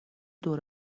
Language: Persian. دور